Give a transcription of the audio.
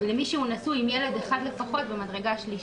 למי שהוא נשוי עם ילד אחד לפחות במדרגה שלישית.